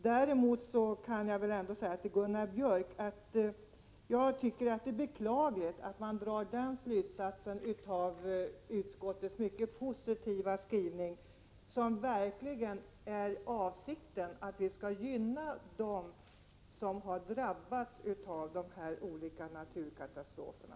Däremot vill jag säga till Gunnar Björk i Gävle att jag tycker det är beklagligt att han drar så negativa slutsatser av utskottets mycket positiva skrivning, som verkligen är avsedd att gynna dem som har drabbats av de här naturkatastroferna.